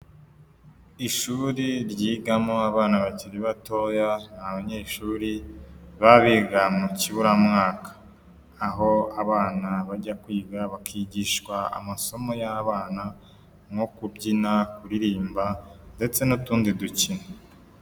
Ishuri ryigamo abana bakiri batoya n' abanyeshuri baba biga mu kiburamwaka; aho abana bajya kwiga bakigishwa amasomo y'abana nko kubyina, kuririmba ndetse n'utundi dukino.